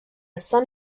son